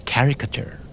Caricature